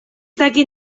dakit